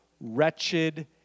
wretched